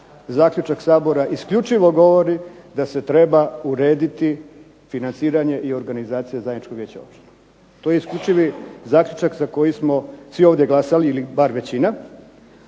zaključak Sabora isključivo govori da se treba urediti financiranje i organizacija zajedničkog Vijeća općina. To je isključivi zaključak za koji smo ovdje glasovali ili bar većina.